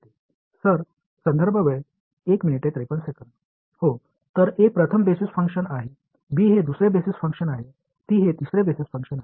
எனவே a என்பது முதல் அடிப்படை செயல்பாடு b என்பது இரண்டாவது அடிப்படை செயல்பாடு c என்பது மூன்றாம் அடிப்படை செயல்பாடு மற்றும் பல